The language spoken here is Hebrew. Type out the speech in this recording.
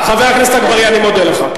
חבר הכנסת אגבאריה, אני מודה לך.